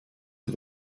der